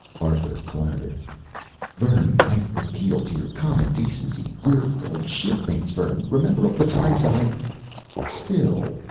arthur clattered vern i appeal to your common decency were old shipmates vern remember all the times i still,